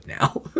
now